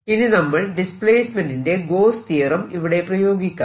ഇനി നമ്മൾ ഡിസ്പ്ലേസ്മെന്റിന്റെ ഗോസ്സ് തിയറം ഇവിടെ പ്രയോഗിക്കാം